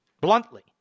bluntly